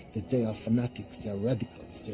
that they are fanatics, they are radicals,